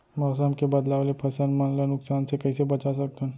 मौसम के बदलाव ले फसल मन ला नुकसान से कइसे बचा सकथन?